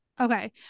okay